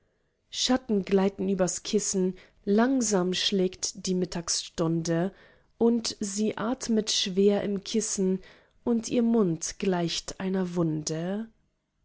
schatten gleiten übers kissen langsam schlägt die mittagsstunde und sie atmet schwer im kissen und ihr mund gleicht einer wunde